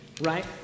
right